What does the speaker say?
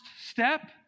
step